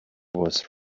was